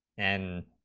and n,